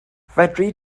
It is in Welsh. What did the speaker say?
fedri